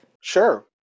Sure